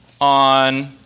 on